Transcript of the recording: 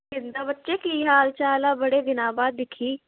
ਕਿੱਦਾਂ ਬੱਚੇ ਕੀ ਹਾਲ ਚਾਲ ਆ ਬੜੇ ਦਿਨਾਂ ਬਾਅਦ ਦਿੱਖੀ